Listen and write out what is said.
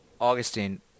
Augustine